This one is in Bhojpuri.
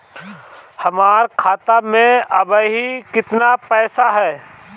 हमार खाता मे अबही केतना पैसा ह?